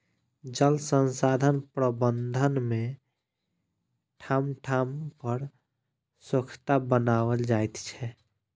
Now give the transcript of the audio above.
जल संसाधन प्रबंधन मे ठाम ठाम पर सोंखता बनाओल जाइत छै